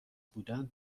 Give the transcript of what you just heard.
بودن